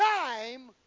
time